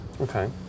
Okay